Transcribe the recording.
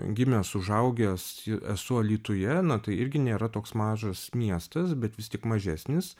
gimęs užaugęs esu alytuje na tai irgi nėra toks mažas miestas bet vis tik mažesnis